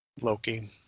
Loki